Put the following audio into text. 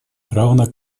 равно